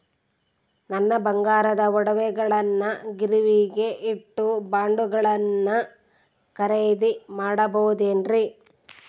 ನನ್ನ ಬಂಗಾರದ ಒಡವೆಗಳನ್ನ ಗಿರಿವಿಗೆ ಇಟ್ಟು ಬಾಂಡುಗಳನ್ನ ಖರೇದಿ ಮಾಡಬಹುದೇನ್ರಿ?